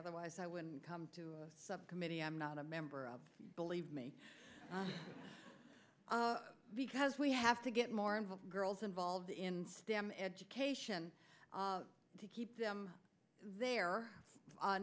otherwise i would come to a subcommittee i'm not a member of believe me because we have to get more involved girls involved in stem education to keep them there